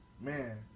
man